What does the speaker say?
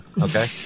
okay